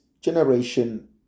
generation